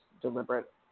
deliberate